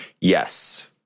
yes